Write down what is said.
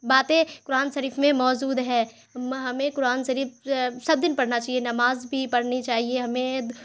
باتیں قرآن شریف میں موجود ہے ہمیں قرآن شریف سب دن پڑھنا چاہیے نماز بھی پڑھنی چاہیے ہمیں